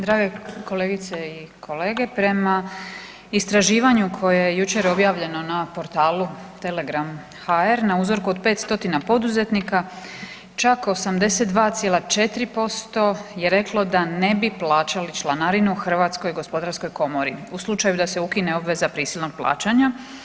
Drage kolegice i kolege prema istraživanju koje je jučer objavljeno na portalu telegram.hr na uzorku od 500 poduzetnika čak 82,4% je reklo da ne bi plaćali članarinu Hrvatskoj gospodarskoj komori u slučaju da se ukine obveza prisilnog plaćanja.